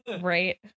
right